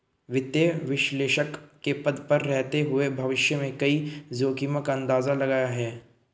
वित्तीय विश्लेषक के पद पर रहते हुए भविष्य में कई जोखिमो का अंदाज़ा लगाया है